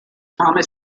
thomas